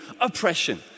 oppression